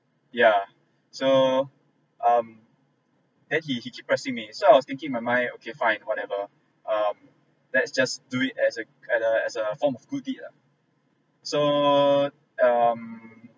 yeah so um then he he's keep pressing then I was thinking my mind okay fine whatever um let's just do it as a as a as a form of good deed ah so um